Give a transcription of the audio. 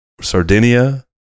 Sardinia